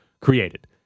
created